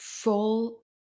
full